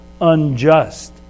unjust